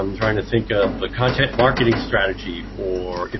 um trying to think of the content marketing strategy for, you